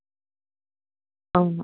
आं